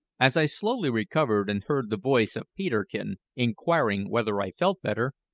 as i slowly recovered, and heard the voice of peterkin inquiring whether i felt better,